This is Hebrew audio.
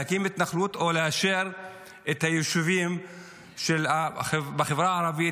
להקים התנחלות או לאשר את היישובים בחברה הערבית,